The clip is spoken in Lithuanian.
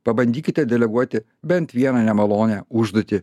pabandykite deleguoti bent vieną nemalonią užduotį